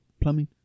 plumbing